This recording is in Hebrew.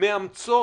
מאמצים